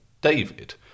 David